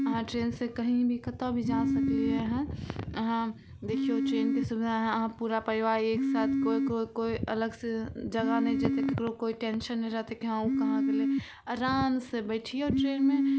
अहाँ ट्रेन से कही भी कतऽ भी जा सकलियै हँ अहाँ देखियौ ट्रेनके सुबिधा अहाँ पूरा परिबार एक साथ कोइ कोइ अलग से जगह नहि जेतै केकरो कोइ टेंसन नहि रहतै की हँ ओ कहाँ गेलै आराम से बैठियौ ट्रेनमे